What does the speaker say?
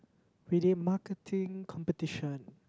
we did marketing competition